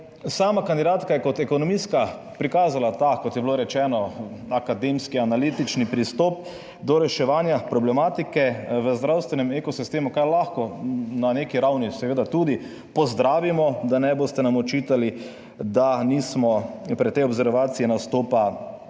sama kandidatka je kot ekonomistka prikazala ta, kot je bilo rečeno, akademski analitični pristop do reševanja problematike v zdravstvenem ekosistemu, kar lahko na neki ravni seveda tudi pozdravimo, da ne boste nam očitali, da nismo pri tej observaciji nastopa